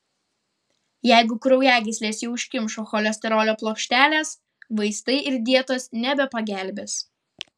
jeigu kraujagysles jau užkimšo cholesterolio plokštelės vaistai ir dietos nebepagelbės